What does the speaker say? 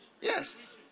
Yes